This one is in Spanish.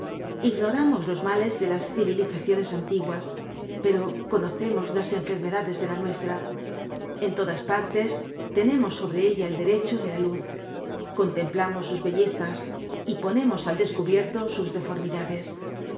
ignoramos los males de las civilizaciones antiguas pero conocemos las enfermedades de la nuestra en todas partes tenemos sobre ella el derecho de la luz contemplamos sus bellezas y ponemos al descubierto sus deformidades